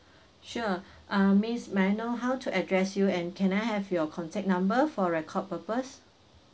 sure ah miss may I know how to address you and can I have your contact number for record purpose